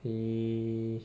he